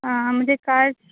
ہاں مجھے کار